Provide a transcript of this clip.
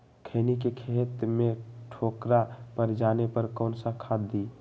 खैनी के खेत में ठोकरा पर जाने पर कौन सा खाद दी?